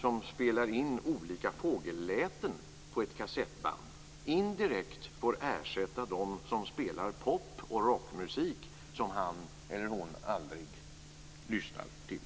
som spelar in olika fågelläten på ett kassettband indirekt får ersätta dem som spelar pop och rockmusik som han eller hon aldrig lyssnar till.